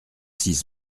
six